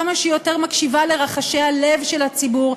כמה שיותר מקשיבה לרחשי הלב של הציבור,